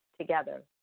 together